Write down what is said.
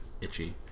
itchy